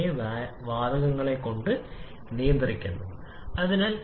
നമ്മൾ ആവശ്യപ്പെടുന്നതിനേക്കാൾ കുറഞ്ഞ തുക നമ്മൾ വിതരണം ചെയ്തു സമ്പന്നമായ മിശ്രിതത്തെ വിളിക്കുക